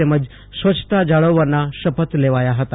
અને સ્વચ્છતા જાળવવા શપથ લેવાયા હતા